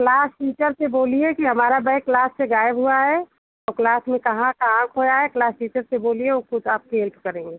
class teacher से बोलिए कि हमारा बैग क्लास से गायब हुआ है और क्लास में कहाँ कहाँ खोया है क्लास टीचर से बोलिए वो खुद आपकी हेल्प करेंगी